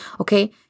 Okay